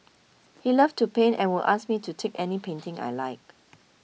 he loved to paint and would ask me to take any painting I liked